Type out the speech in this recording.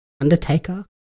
Undertaker